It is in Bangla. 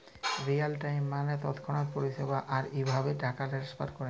রিয়াল টাইম মালে তৎক্ষণাৎ পরিষেবা, আর ইভাবে টাকা টেনেসফার ক্যরে